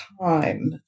time